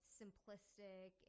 simplistic